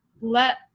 let